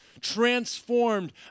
transformed